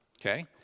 Okay